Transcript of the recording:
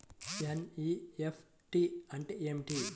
NEFT అంటే ఏమిటి?